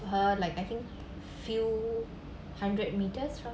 her like I think few hundred meters from